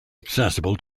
accessible